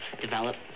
develop